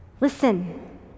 Listen